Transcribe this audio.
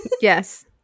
Yes